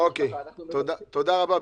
תודה רבה.